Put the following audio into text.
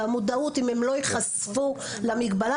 והמודעות אם הם לא ייחשפו למגבלה,